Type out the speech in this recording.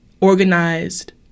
organized